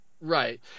Right